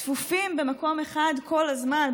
צפופים במקום אחד כל הזמן,